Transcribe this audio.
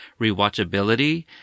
rewatchability